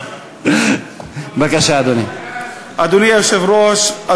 אני מבקש מכם שתעריכו את הרשימה